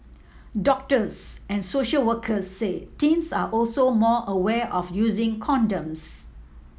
doctors and social workers say teens are also more aware of using condoms